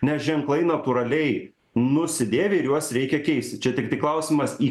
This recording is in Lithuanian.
nes ženklai natūraliai nusidėvi ir juos reikia keisti čia tiktai klausimas į